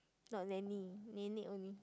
not nanny nenek only